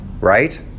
Right